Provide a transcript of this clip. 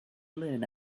learn